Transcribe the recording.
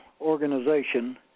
organization